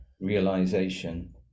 realization